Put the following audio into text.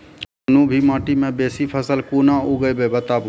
कूनू भी माटि मे बेसी फसल कूना उगैबै, बताबू?